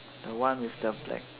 the one with the black